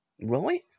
Right